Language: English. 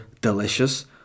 delicious